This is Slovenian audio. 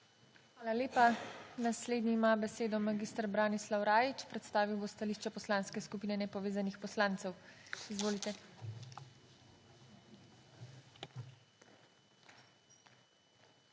Hvala lepa. Naslednji ima besedo mag. Branislav Rajić. Predstavil bo stališče Poslanske skupine Nepovezanih poslancev. Izvolite. **MAG.